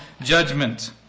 judgment